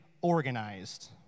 organized